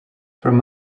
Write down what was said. from